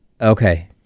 okay